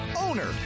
Owner